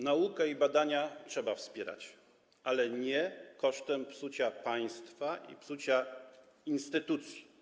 Naukę i badania trzeba wspierać, ale nie kosztem psucia państwa i instytucji.